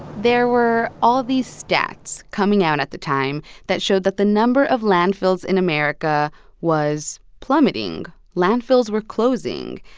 there were all these stats coming out at the time that showed that the number of landfills in america was plummeting. landfills were closing,